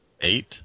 eight